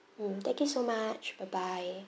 mm thank you so much bye bye